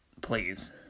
Please